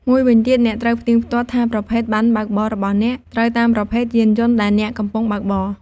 មួយវិញទៀត អ្នកត្រូវផ្ទៀងផ្ទាត់ថាប្រភេទប័ណ្ណបើកបររបស់អ្នក ត្រូវតាមប្រភេទយានយន្តដែលអ្នកកំពុងបើកបរ។